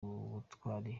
butwari